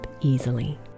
easily